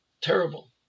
Terrible